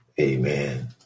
amen